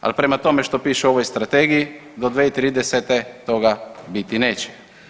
Ali prema tome što piše u ovoj Strategiji, do 2030. toga biti neće.